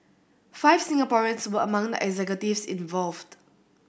five Singaporeans were among the executives involved